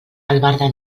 albarda